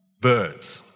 birds